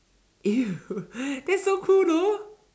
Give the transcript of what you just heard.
that's so cool though